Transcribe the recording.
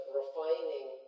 refining